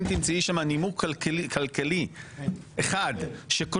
אם תמצאי שם נימוק כלכלי אחד שקושר